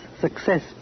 success